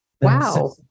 Wow